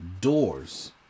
doors